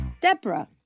Deborah